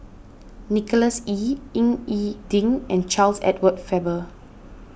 Nicholas Ee Ying E Ding and Charles Edward Faber